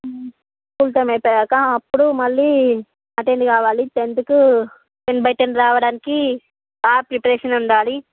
school time అయిపోయాక అప్పుడు మళ్ళీ అటెండ్ కావాలి టెన్త్కు టెన్ బై టెన్ రావడానికి బాగా ప్రిపరేషన్ ఉండాలి